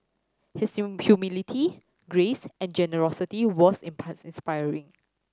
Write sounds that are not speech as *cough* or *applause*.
his *unintelligible* humility grace and generosity was *unintelligible* inspiring